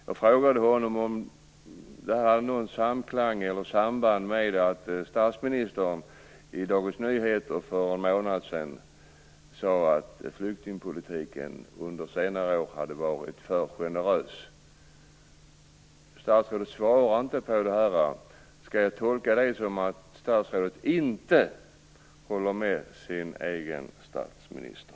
Jag frågade honom om det hade något samband med att statsministern i Dagens Nyheter för en månad sedan sade att flyktingpolitiken under senare år hade varit för generös. Statsrådet svarade inte på den frågan. Skall jag tolka det så att statsrådet inte håller med sin egen statsminister?